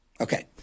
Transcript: Okay